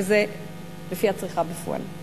שזה לפי הצריכה בפועל.